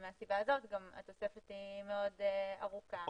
ומהסיבה הזאת התוספת היא מאוד ארוכה.